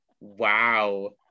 Wow